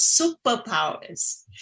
superpowers